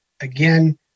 Again